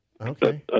Okay